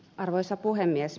arvoisa puhemies